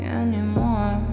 anymore